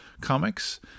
comics